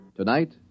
Tonight